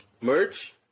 merch